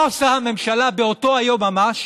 מה עושה הממשלה באותו היום ממש?